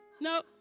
no